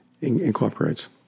incorporates